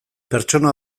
pertsona